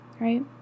Right